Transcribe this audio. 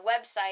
website